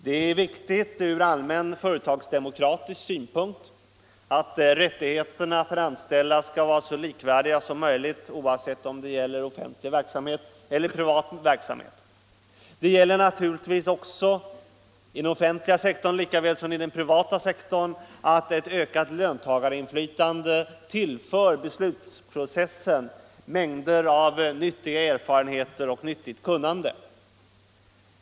Det är viktigt ur allmän företagsdemokratisk synpunkt att rättigheterna för de anställda är så likvärdiga som möjligt oavsett om det gäller offentlig eller privat verksamhet. Det gäller naturligtvis dessutom, i den offentliga sektorn lika väl som i den privata, att ökat löntagarinflytande tillför beslutsprocessen mängder med nyttiga informationer och nyttigt kunnande.